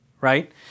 right